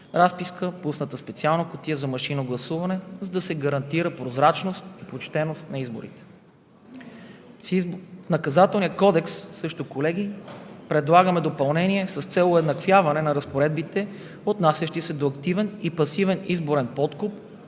разписка, пусната в специална кутия за машинно гласуване, за да се гарантира прозрачност и почтеност на изборите. В Наказателния кодекс, колеги, също предлагаме допълнение с цел уеднаквяване на разпоредбите, отнасящи се до активен и пасивен изборен подкуп